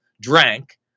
drank